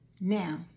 Now